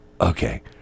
okay